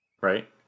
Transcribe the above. Right